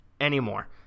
anymore